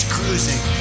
Cruising